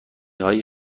های